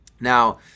now